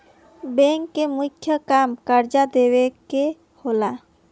bank के मुख्य काम कर्जा देवे के होला